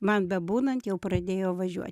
man bebūnant jau pradėjo važiuot